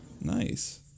Nice